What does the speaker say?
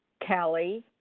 Kelly